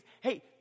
hey